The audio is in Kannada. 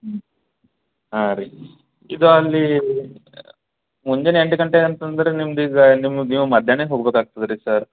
ಹ್ಞೂ ಹಾಂ ರೀ ಇದು ಅಲ್ಲಿ ಮುಂಜಾನೆ ಎಂಟು ಗಂಟೆ ಅಂತಂದ್ರೆ ನಿಮ್ಗೆ ಈಗ ನೀವು ನೀವು ಮಧ್ಯಾಹ್ನ ಹೋಗ್ಬೇಕಾಗ್ತದೆ ರೀ ಸರ್